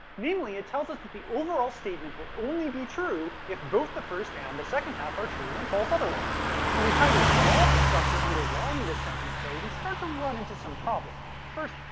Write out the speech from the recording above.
namely, it tells us that the overall statement will only be true if both the first and the second half are true, and false otherwise. when we try draw the structure underlying this sentence, though, we start to run into some problems. first,